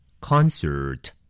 Concert